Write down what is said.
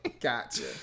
Gotcha